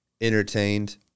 entertained